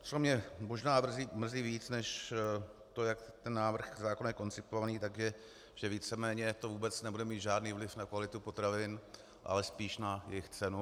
Co mě možná mrzí víc než to, jak ten návrh zákona je koncipován, tak je, že víceméně to vůbec nebude mít žádný vliv na kvalitu potravin, ale spíš na jejich cenu.